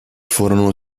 furono